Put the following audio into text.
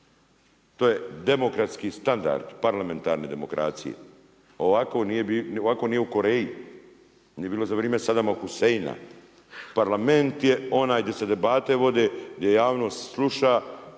To je demokratski standard parlamentarne demokracije. Ovako nije u Koreji. Nije bilo za vrijeme Sadama Huseina. Parlament je onaj di se debate vode, gdje javnost sluša